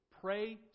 Pray